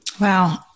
wow